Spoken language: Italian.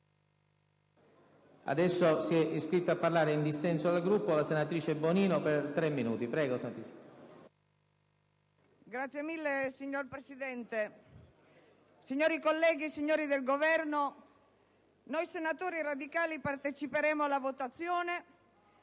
*(PD)*. Signor Presidente, onorevoli colleghi, signori del Governo, noi senatori radicali parteciperemo alla votazione